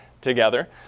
together